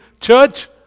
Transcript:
Church